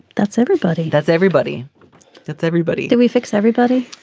that's everybody that's everybody that's everybody. do we fix everybody.